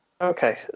Okay